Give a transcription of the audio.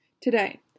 Today